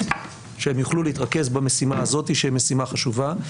שהם יוכלו להתרכז במשימה הזאת שהיא משימה חשובה.